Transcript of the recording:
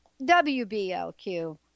WBLQ